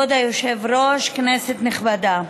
כבוד היושב-ראש, כנסת נכבדה,